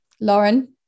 Lauren